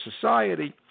society